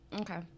Okay